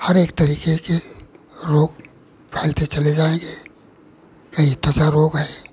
हर एक तरीक़े के रोग फैलते चले जाएँगे कहीं फंसा रोग है